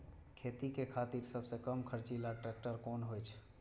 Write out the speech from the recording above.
खेती के खातिर सबसे कम खर्चीला ट्रेक्टर कोन होई छै?